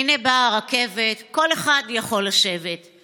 הינה באה הרכבת / כל אחד יכול לשבת /